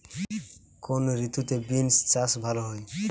কোন ঋতুতে বিন্স চাষ ভালো হয়?